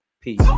peace